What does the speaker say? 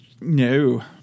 No